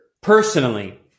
personally